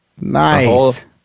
Nice